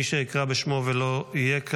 מי שאקרא בשמו ולא יהיה כאן,